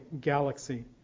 galaxy